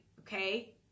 Okay